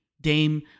Dame